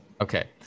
Okay